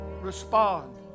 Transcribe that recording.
respond